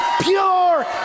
pure